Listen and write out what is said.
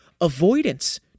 avoidance